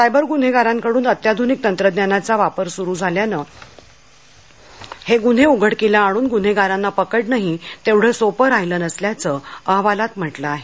cyber गुन्हेगारांकडून अत्याधुनिक तंत्रज्ञानाचा वापर सुरु झाल्यानं हे गुन्हे उघडकीस आणून गुन्हेगारांना पकडणंही तेवढं सोपं राहीलं नसल्याचं अहवालात म्हटलं आहे